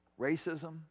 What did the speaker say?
Racism